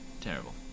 Terrible